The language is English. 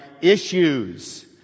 issues